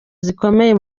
zikomeye